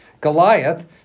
Goliath